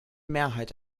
mehrheit